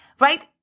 right